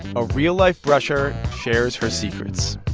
a real-life brusher shares her secrets